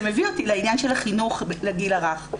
זה מביא אותי לעניין של החינוך לגיל הרך,